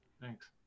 Thanks